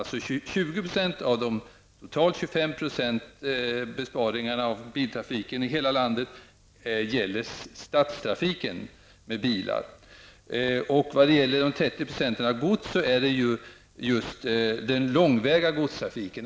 De 30 % som vi vill minska godstrafiken med gäller den långväga godstrafiken.